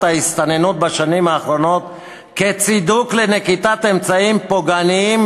ההסתננות בשנים האחרונות כצידוק לנקיטת אמצעים פוגעניים,